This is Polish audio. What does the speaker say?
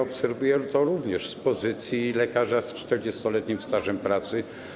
Obserwuję to również z pozycji lekarza z 40-letnim stażem pracy.